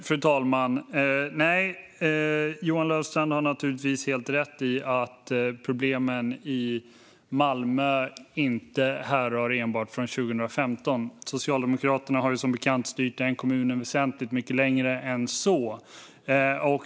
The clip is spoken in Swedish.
Fru talman! Johan Löfstrand har naturligtvis helt rätt i att problemen i Malmö inte enbart härrör från 2015. Socialdemokraterna har ju som bekant styrt den kommunen väsentligt mycket längre än så.